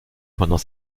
pendant